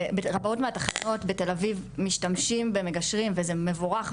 ברבות מהתחנות בתל אביב משתמשים במגשרים וזה מבורך,